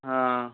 हां